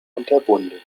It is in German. unterbunden